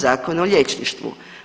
Zakon o liječništvu.